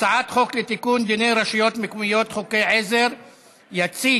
הצעת חוק לתיקון דיני הרשויות המקומיות (חוקי עזר בעניין